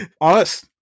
honest